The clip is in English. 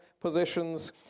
positions